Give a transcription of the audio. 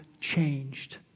changed